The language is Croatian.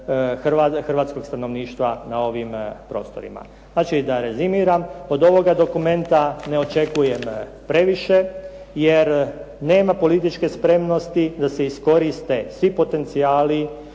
hrvatskog stanovništva na ovim prostorima. Znači, da rezimiram. Od ovoga dokumenta ne očekujem previše, jer nema političke spremnosti da se iskoriste svi potencijali